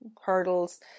hurdles